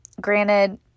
granted